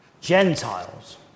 Gentiles